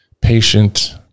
Patient